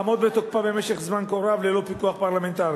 תעמוד בתוקפה במשך זמן כה רב ללא פיקוח פרלמנטרי.